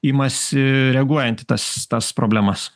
imasi reaguojant į tas tas problemas